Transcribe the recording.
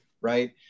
right